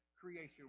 creation